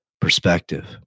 perspective